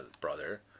brother